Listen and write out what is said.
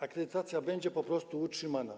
Akredytacja będzie po prostu utrzymana.